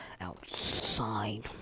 outside